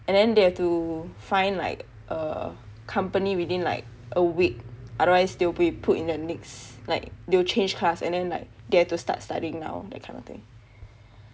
and then they have to find like a company within like a week otherwise they will be put in the next like they will change class and then like they have to start studying now that kind of thing